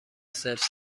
سلف